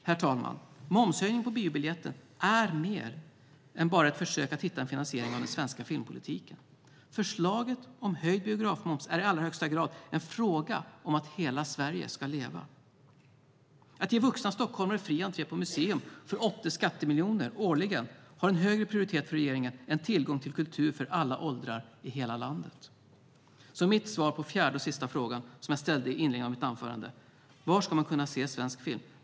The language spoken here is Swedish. Herr talman! Momshöjningen på biobiljetten är mer än bara ett försök att hitta en finansiering av den svenska filmpolitiken. Förslaget om höjd biografmoms är i allra högsta grad en fråga om att hela Sverige ska leva. Att ge vuxna stockholmare fri entré på museer för 80 skattemiljoner årligen har högre prioritet för regeringen än tillgång till kultur för alla åldrar i hela landet. Mitt svar på den fjärde och sista frågan som jag ställde i inledningen av mitt anförande, "Var ska man kunna se svensk film?